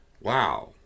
Wow